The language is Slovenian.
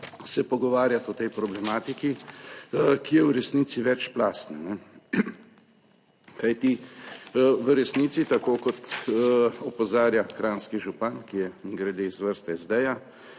se pogovarjati o tej problematiki, ki je v resnici večplastna, kajti v resnici, tako kot opozarja kranjski župan, ki je mimogrede iz vrst SD